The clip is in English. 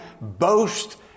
boast